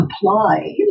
apply